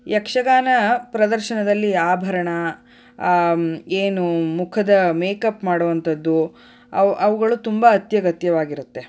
ಯಕ್ಷಗಾನ ಪ್ರದರ್ಶನದಲ್ಲಿ ಆಭರಣ ಏನು ಮುಖದ ಮೇಕಪ್ ಮಾಡುವಂಥದ್ದು ಅವು ಅವುಗಳು ತುಂಬ ಅತ್ಯಗತ್ಯವಾಗಿರುತ್ತೆ